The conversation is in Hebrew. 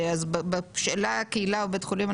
אז בשאלה קהילה או בית חולים?